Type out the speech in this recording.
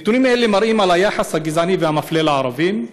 נתונים אלה מראים על היחס הגזעני והמפלה לערבים.